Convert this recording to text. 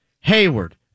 Hayward